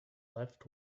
left